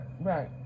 Right